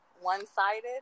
one-sided